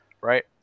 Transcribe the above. right